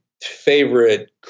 favorite